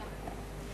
תודה.